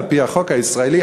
על-פי החוק הישראלי,